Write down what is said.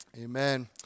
Amen